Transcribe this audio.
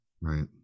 right